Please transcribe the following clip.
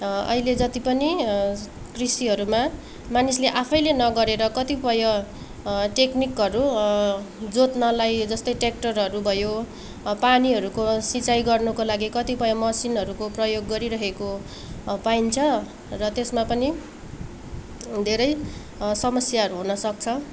अहिले जति पनि कृषिहरूमा मानिसले आफैले नगरेर कतिपय टेक्निकहरू जोत्नलाई जस्तै टेक्टरहरू भयो पानीहरूको सिचाँइ गर्नुको लागि कतिपय मसिनहरूको प्रयोग गरिरहेको पाइन्छ र त्यसमा पनि धेरै समस्याहरू हुनसक्छ